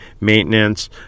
maintenance